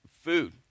food